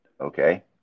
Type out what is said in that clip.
Okay